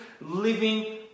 living